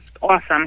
awesome